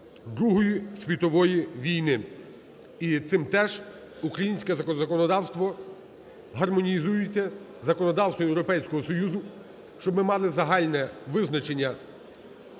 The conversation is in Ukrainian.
Другої світової війни. І цим теж українське законодавство гармонізується із законодавством Європейського Союзу, щоб ми мали загальне визначення